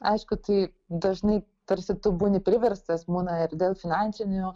aišku tai dažnai tarsi tu būni priverstas būna ir dėl finansinių